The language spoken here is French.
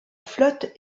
flotte